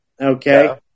okay